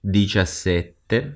diciassette